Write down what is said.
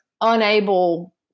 unable